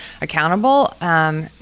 accountable